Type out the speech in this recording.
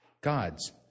God's